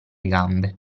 gambe